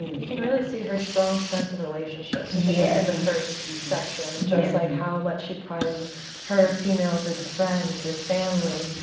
you can really see her strong sense of relationships. yes yeah in the first section of just like how much she prizes her female group of friends, her family.